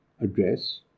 address